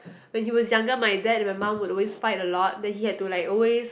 when he was younger my dad and my mum would always fight a lot then he had to like always